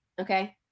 Okay